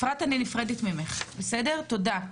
תודה.